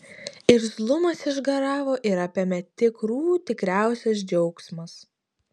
irzlumas išgaravo ir apėmė tikrų tikriausias džiaugsmas